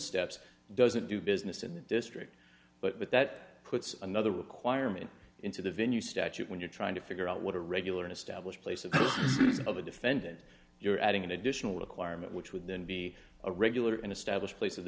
steps doesn't do business in the district but that puts another requirement into the venue statute when you're trying to figure out what a regular an established place of of a defendant you're adding an additional requirement which would then be a regular and established place of the